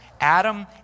Adam